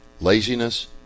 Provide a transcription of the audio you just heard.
laziness